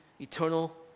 eternal